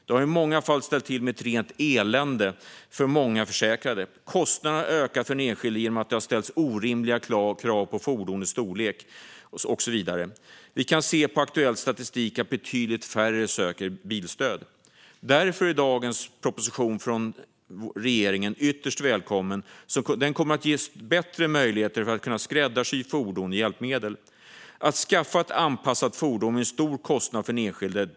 Det har i många fall ställt med ett rent elände för många försäkrade. Kostnaderna har ökat för den enskilde genom att det har ställts orimliga krav på fordonets storlek och så vidare. Aktuell statistik visar också att betydligt färre söker bilstöd. Därför är dagens proposition från regeringen ytterst välkommen. Den kommer att ge bättre möjligheter att skräddarsy fordon och hjälpmedel. Att skaffa ett anpassat fordon är en stor kostnad för den enskilde.